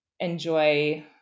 enjoy